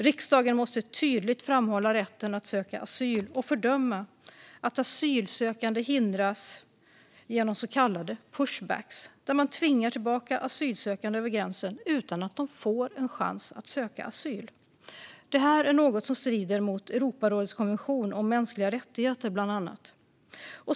Riksdagen måste tydligt framhålla rätten att söka asyl och fördöma att asylsökande hindras genom så kallade pushbacks där man tvingar tillbaka asylsökande över gränsen utan att de får chans att söka asyl. Detta strider mot bland annat Europarådets konvention om mänskliga rättigheter.